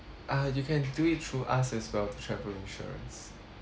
uh you can do it through us as well the travel insurance